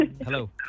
Hello